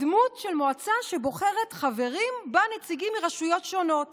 בדמות של מועצה בוחרת שחברים בה נציגים מרשויות שונות